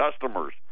customers